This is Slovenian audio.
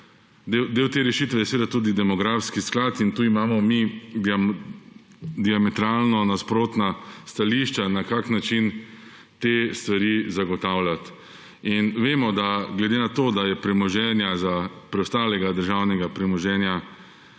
Del te rešitve je seveda tudi demografski sklad. Tu imamo mi diametralno nasprotna stališča, na kakšen način te stvari zagotavljati. In vemo, glede na to, da je preostalega državnega premoženja